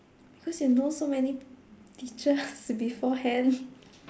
because you know so many teachers beforehand